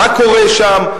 מה קורה שם,